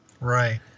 Right